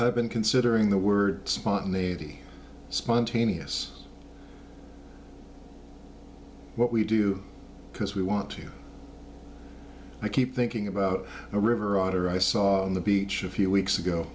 i've been considering the word spontaneity spontaneous what we do because we want to i keep thinking about a river otter i saw on the beach a few weeks ago